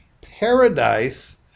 Paradise